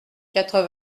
quatre